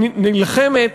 נלחמת